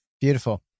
Beautiful